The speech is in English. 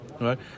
right